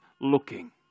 looking